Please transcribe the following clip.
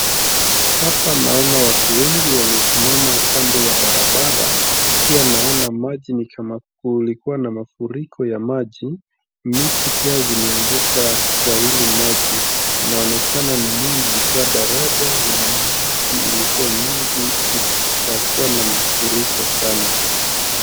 Hapa naona watu wengi wamesimama kando ya barabara pia naona maji ni kama kulikuwa na mafuriko ya maji, miti pia zimeanguka kwa hii maji, inaonekana kama hii ilikuwa daraja na maji ilikuwa mingi ikakuwa na mafuriko sana.